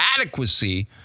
adequacy